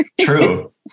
True